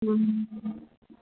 ꯎꯝ